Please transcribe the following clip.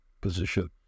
position